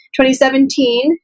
2017